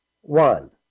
one